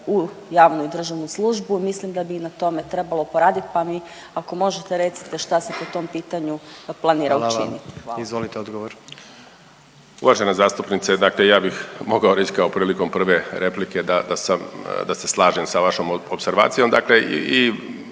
u javnu i državnu službu, mislim da bi i na tome trebalo poradit, pa mi ako možete recite šta se po tom pitanju planira učiniti. **Jandroković, Gordan (HDZ)** Hvala vam. Izvolite odgovor. **Martinović, Juro** Uvažena zastupnice, dakle ja bih mogao reć kao prilikom prve replike da, da sam, da se slažem sa vašom opservacijom,